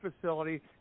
facility